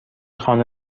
خانه